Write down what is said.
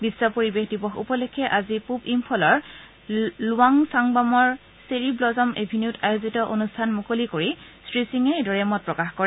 বিশ্ব পৰিৱেশ দিৱস উপলক্ষে আজি পূব ইম্ফলৰ লুৱাংচাংবামৰ চেৰি ব্লজম এভিনিউত আয়োজিত অনুষ্ঠান মুকলি কৰি শ্ৰীসিঙে এইদৰে মত প্ৰকাশ কৰে